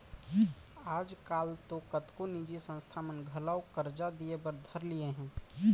आज काल तो कतको निजी संस्था मन घलौ करजा दिये बर धर लिये हें